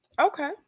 Okay